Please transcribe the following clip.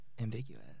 Ambiguous